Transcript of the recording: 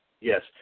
Yes